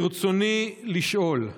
ברצוני לשאול: